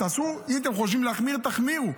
אם אתם חושבים להחמיר תחמירו,